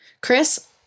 Chris